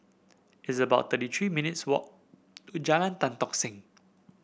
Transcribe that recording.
it's about thirty three minutes' walk to Jalan Tan Tock Seng